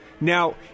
Now